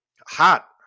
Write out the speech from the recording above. hot